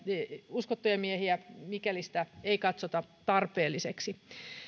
uskottuja miehiä mikäli heitä ei katsota tarpeellisiksi